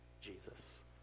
Jesus